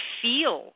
feel